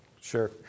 Sure